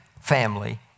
family